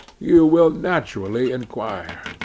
you will naturally inquire.